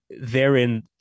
Therein